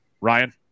ryan